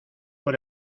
por